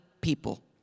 people